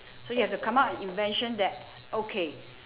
so you've to come up an invention that okay